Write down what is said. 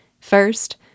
First